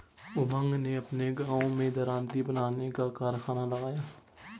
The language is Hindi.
उमंग ने अपने गांव में दरांती बनाने का कारखाना लगाया